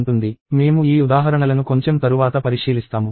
మేము ఈ ఉదాహరణలను కొంచెం తరువాత పరిశీలిస్తాము